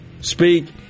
speak